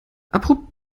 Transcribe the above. abrupt